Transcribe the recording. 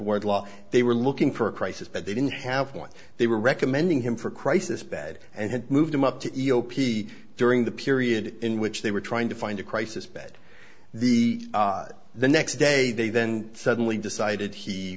word law they were looking for a crisis but they didn't have one they were recommending him for crisis bed and had moved him up to e o p during the period in which they were trying to find a crisis bed the the next day they then suddenly decided he